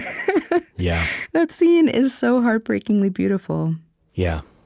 yeah that scene is so heartbreakingly beautiful yeah.